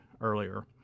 earlier